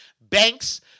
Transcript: banks